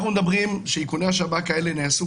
אנחנו מדברים שאיכוני השב"כ האלה נעשו